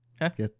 Get